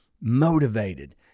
motivated